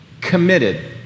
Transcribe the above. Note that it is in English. committed